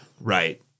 Right